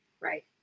Right